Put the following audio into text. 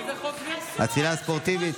חוק הצלילה הספורטיבית.